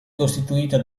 costituita